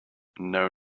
know